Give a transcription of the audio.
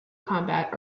combat